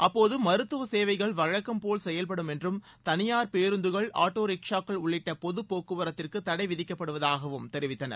அப்போது மருத்துவ சேவைகள் வழக்கம்போல் செயல்படும் என்றும் தனியார் பேருந்துகள் ஆட்டோ ரிக்ஷாக்கள் உள்ளிட்ட பொது போக்குவரத்திற்கு தடை விதிக்கப்படுவதாகவும் தெரிவித்தனர்